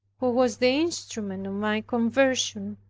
who was the instrument of my conversion,